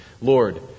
Lord